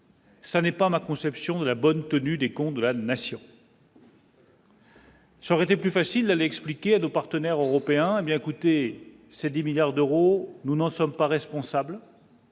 ça n'est pas ma conception de la bonne tenue des comptes de la nation. J'aurais été plus facile d'aller expliquer à nos partenaires européens et bien écoutez, c'est 10 milliards d'euros, nous n'en sommes pas responsables.